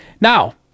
Now